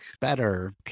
Better